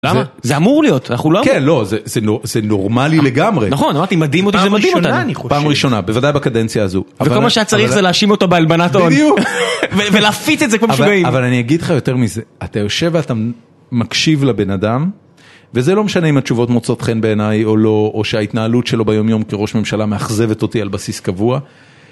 למה? זה אמור להיות, אנחנו לא אמורים. - כן, לא, זה נורמלי לגמרי. - נכון, אמרתי, מדהים אותי שזה מדהים אותנו. פעם ראשונה אני חושב. פעם ראשונה, בוודאי בקדנציה הזו. -וכל מה שאת צריכת זה להשים אותו בהלבנת העון. - בדיוק. ולהפיץ את זה כמו משוגעים. אבל אני אגיד לך יותר מזה, אתה יושב ואתה מקשיב לבן אדם, וזה לא משנה אם התשובות מוצאות חן בעיניי, או שההתנהלות שלו ביומיום כראש ממשלה מאכזבת אותי על בסיס קבוע.